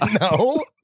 No